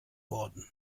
worten